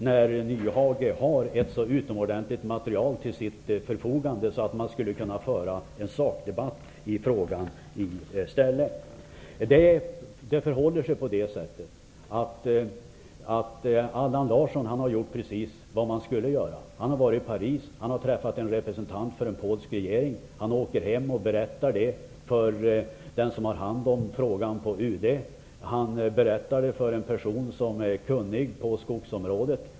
När Nyhage har ett så utomordentligt material till sitt förfogande borde han i stället ha kunnat föra en sakdebatt i frågan. Det förhåller sig på det sättet att Allan Larsson har gjort precis vad man skall göra. Han har varit i Paris, och han har träffat en representant för den polska regeringen. Han åker hem och berättar det för den som har hand om frågan på UD. Han berättar det för en person som är kunnig på skogsområdet.